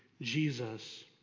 Jesus